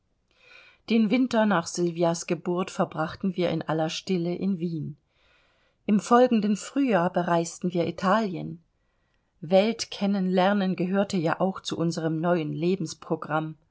den winter nach sylvias geburt verbrachten wir in aller stille in wien im folgenden frühjahr bereisten wir italien weltkennenlernen gehörte ja auch zu unserm neuen